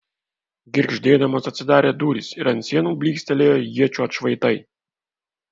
girgždėdamos atsidarė durys ir ant sienų blykstelėjo iečių atšvaitai